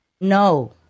No